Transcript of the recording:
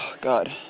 God